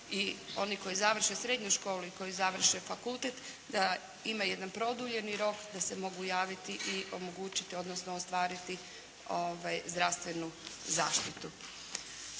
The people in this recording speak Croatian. i oni koji završe srednju školu i koji završe fakultet da ima jedan produljeni rok da se mogu javiti i omogućiti, odnosno ostvariti zdravstvenu zaštitu.